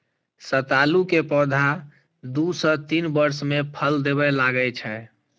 सतालू के पौधा दू सं तीन वर्ष मे फल देबय लागै छै